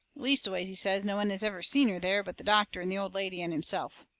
leastways, he says, no one has never seen her there but the doctor and the old lady and himself.